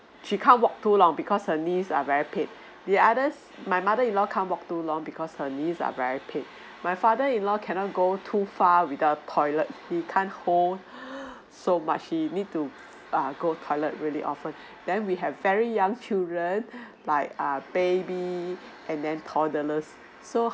she can't walk too long because her knees are very pain the others my mother in law can't walk too long because her knees are very pain my father in law cannot go too far without toilet he can't hold so much he need to err go toilet really often then we have very young children like err baby and then toddlers so